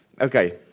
Okay